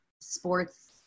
sports